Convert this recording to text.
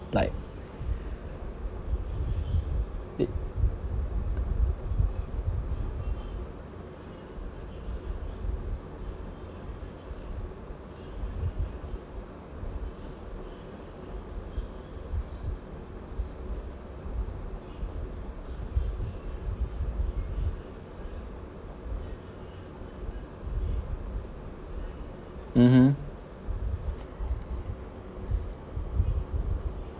like they mmhmm